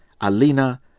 Alina